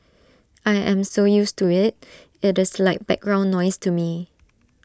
I am so used to IT it is like background noise to me